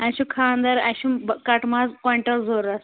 اسہِ چھُ خاندَر اسہِ چھُ کٹہٕ ماز کۄینٹَل ضروٗرت